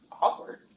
awkward